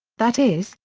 that is,